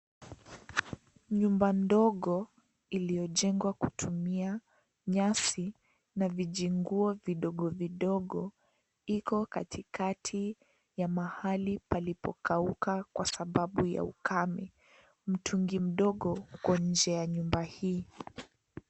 Nyumba ndogo iliyojengwa kutumia nyasi na vijinguo vidogo vidogo iko Katika ya mahali palipokauka Kwa Sababu ya ukame . Mtungi mdogo uko nje ya nyumba hii.